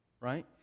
Right